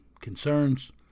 concerns